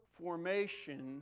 formation